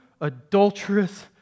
adulterous